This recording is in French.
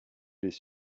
les